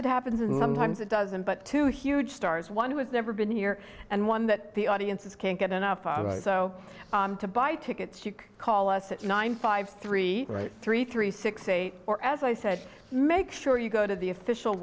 it happens and sometimes it doesn't but two huge stars one has never been here and one that the audiences can't get enough so to buy tickets you can call us at nine five three three three six eight or as i said make sure you go to the official